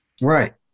Right